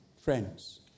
friends